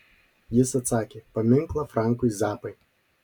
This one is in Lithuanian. jis atsakė paminklą frankui zappai